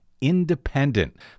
independent